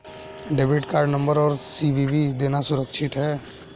Debit card number और CVV देना सुरक्षित है?